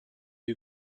who